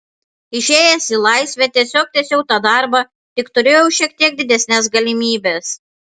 išėjęs į laisvę tiesiog tęsiau tą darbą tik turėjau šiek tiek didesnes galimybes